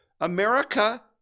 America